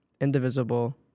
indivisible